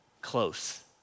close